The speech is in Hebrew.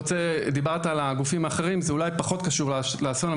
דיברת על הגופים האחרים זה אולי פחות קשור לאסון,